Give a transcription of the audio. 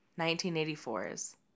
1984's